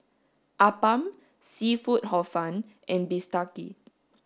appam seafood hor fun and Bistake